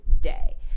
Day